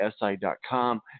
SI.com